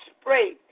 spray